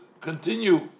continue